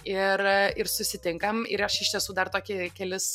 ir ir susitinkam ir aš iš tiesų dar tokį kelis